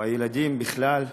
הילדים בכלל,